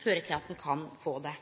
føre til at ein kan få det.